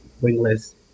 Wingless